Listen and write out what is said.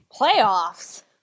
playoffs